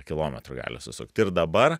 kilometrų gali susukt ir dabar